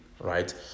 right